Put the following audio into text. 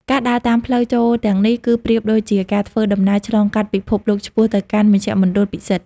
ការដើរតាមផ្លូវចូលទាំងនេះ គឺប្រៀបដូចជាការធ្វើដំណើរឆ្លងកាត់ពិភពលោកឆ្ពោះទៅកាន់មជ្ឈមណ្ឌលពិសិដ្ឋ។